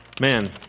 Man